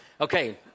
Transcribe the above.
Okay